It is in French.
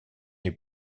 les